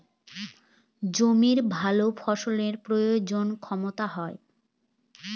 জমির ভালো ফসলের প্রজনন ক্ষমতা হয়